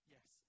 Yes